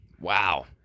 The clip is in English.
wow